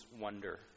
wonder